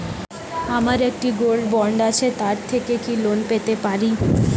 আমার একটি gold bond আছে তার থেকে কি লোন পেতে পারি?